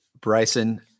Bryson